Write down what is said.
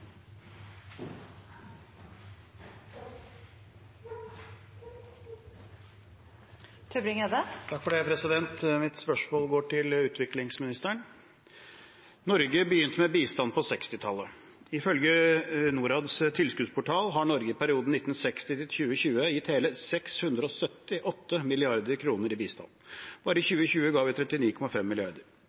Mitt spørsmål går til utviklingsministeren. Norge begynte med bistand på 1960-tallet. Ifølge Norads tilskuddsportal har Norge i perioden 1960–2020 gitt hele 678 mrd. kr i bistand. Bare i 2020 ga vi 39,5